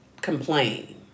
complain